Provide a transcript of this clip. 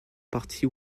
partie